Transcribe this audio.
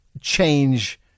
change